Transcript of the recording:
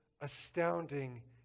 astounding